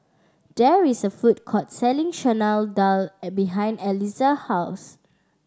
there is a food court selling Chana Dal behind Eliza house